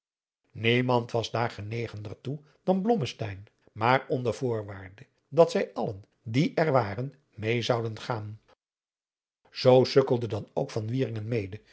was daar genegener toe dan blommesteyn maar onder voorwaarde dat zij allen die er waren meê zouden gaan zoo sukkelde dan ook van wieringen mede